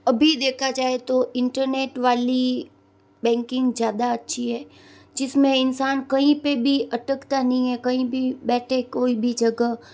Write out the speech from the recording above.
अभी देखा जाए तो इंटरनेट वाली बैंकिंग ज़्यादा अच्छी है जिस में इंसान कहीं पर भी अटकता नहीं है कहीं भी बैठे कोई भी जगह